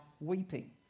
weeping